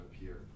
appear